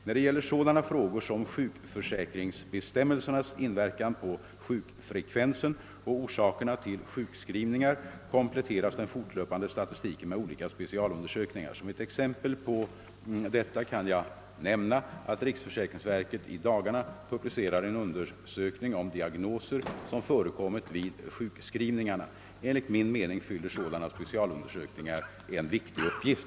När det gäller sådana frågor som sjukförsäkringsbestämmelsernas inverkan på sjukfrekvensen och orsakerna till sjukskrivningar kompletteras den fortlöpande statistiken med olika specialundersökningar. Som ett exempel på detta kan jag nämna att riksförsäkringsverket i dagarna publicerar en undersökning om diagnoser som förekommit vid sjukskrivningarna. Enligt min mening fyller sådana specialundersökningar en viktig uppgift.